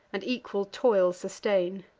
and equal toil sustain.